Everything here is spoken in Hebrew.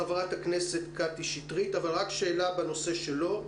חברת הכנסת קטי שטרית, בבקשה, שאלה בנושא שלו.